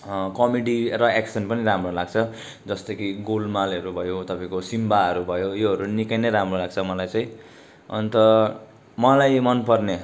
comedy र action पनि राम्रो लाग्छ जस्तै कि गोलमालहरू भयो तपाईँको सिम्बाहरू भयो योहरू निकै नै राम्रो लाग्छ मलाई चाहिँ अन्त मलाई मनपर्ने